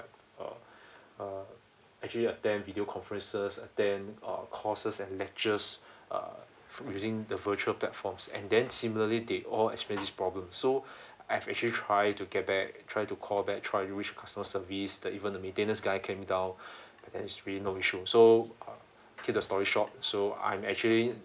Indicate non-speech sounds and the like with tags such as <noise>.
uh <breath> uh actually I attend video conferences attend uh courses and lectures <breath> uh from using the virtual platforms and then similarly they all experienced this problem so <breath> I've actually try to get back try to call back try to reach customer service the even the maintenance guy came down <breath> there is really no issue so uh keep the story short so I'm actually